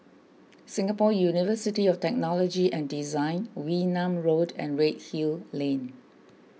Singapore University of Technology and Design Wee Nam Road and Redhill Lane